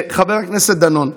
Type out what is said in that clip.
חבר הכנסת דנון,